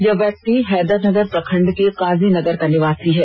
यह व्यक्ति हैदरनगर प्रखंड के काजी नगर का निवासी है